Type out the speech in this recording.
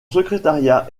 secrétariat